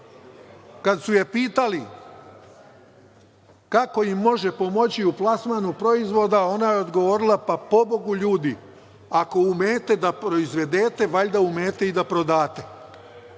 kada su je pitali kako im može pomoći u plasmanu proizvoda, ona je odgovorila – pa, pobogu ljudi, ako umete da proizvedete, valjda umete i da prodate.